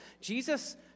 Jesus